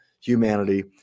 humanity